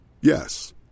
Yes